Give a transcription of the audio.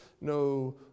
no